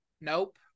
Nope